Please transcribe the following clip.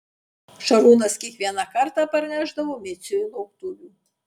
šarūnas kiekvieną kartą parnešdavo miciui lauktuvių